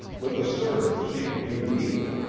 with a servant she could do neither,